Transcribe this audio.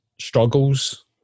struggles